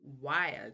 wild